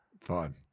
Fun